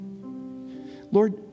Lord